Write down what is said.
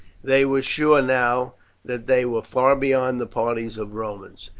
they were sure now that they were far beyond the parties of romans,